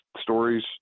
stories